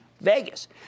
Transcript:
Vegas